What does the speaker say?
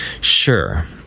sure